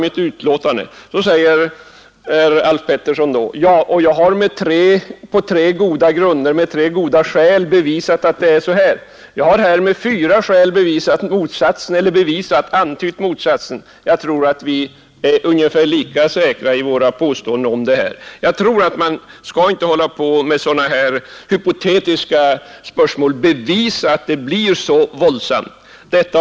Herr Pettersson säger att han angivit tre goda skäl som bevis för det riktiga i sin uppfattning. Jag har för min del med fyra goda skäl antytt motsatsen. Jag tror alltså att vi kan vara ungefär lika säkra i våra påståenden. Man bör inte hålla på med sådana här hypotetiska spörsmål och försöka bevisa så mycket.